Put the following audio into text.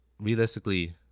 realistically